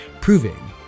proving